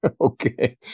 Okay